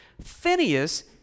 Phineas